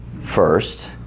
first